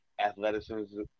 athleticism